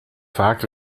vaak